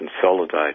consolidate